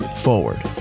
forward